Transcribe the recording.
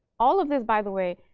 all of this, by the way,